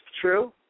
True